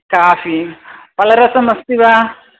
coffee फलरसम् अस्ति वा